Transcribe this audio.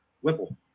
Whipple